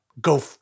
go